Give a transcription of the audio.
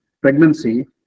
pregnancy